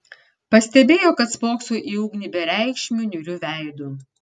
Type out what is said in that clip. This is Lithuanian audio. pastebėjo kad spokso į ugnį bereikšmiu niūriu veidu